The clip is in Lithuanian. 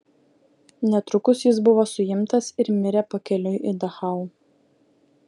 netrukus jis buvo suimtas ir mirė pakeliui į dachau